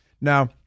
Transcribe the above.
Now